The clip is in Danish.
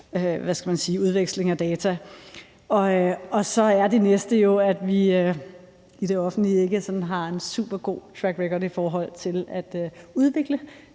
udveksling af data. Så er det næste jo, at vi i det offentlige ikke sådan har en supergod trackrecord i forhold til at udvikle